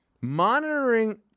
monitoring